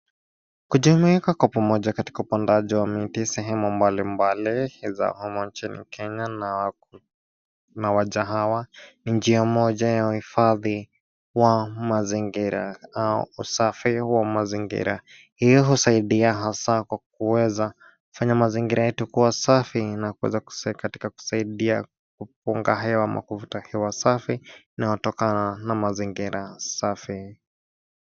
Kujumuika kwa pamoja katika upandaji wa miti sehemu mbalimbali za humu nchini Kenya na waja hawa ni njia moja ya uhifadhi wa mazinigira au usafi wa mazingira. Hiyo husaidia hasa kwa kuweza kufanya mazingira yetu kuwa safi na kuweza katika kusaidia kupunga ama kuvuta hewa safi unaotokana na mazingira safi.